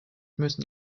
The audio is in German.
müssen